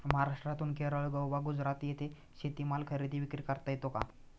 महाराष्ट्रातून केरळ, गोवा, गुजरात येथे शेतीमाल खरेदी विक्री करता येतो का?